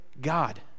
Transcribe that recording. God